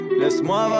laisse-moi